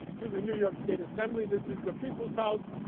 to the new york state assembly. this is the people's house.